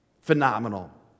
Phenomenal